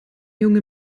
junge